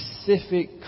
specific